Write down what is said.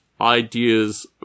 ideas